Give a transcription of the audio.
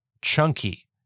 chunky